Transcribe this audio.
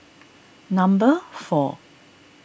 number four